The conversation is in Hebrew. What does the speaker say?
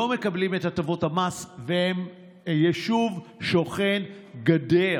לא מקבלים את הטבות המס והם יישוב שוכן גדר,